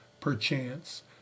perchance